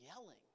yelling